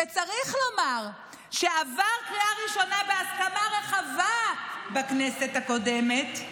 שצריך לומר שעבר קריאה ראשונה בהסכמה רחבה בכנסת הקודמת,